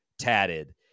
tatted